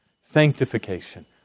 Sanctification